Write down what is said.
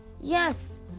Yes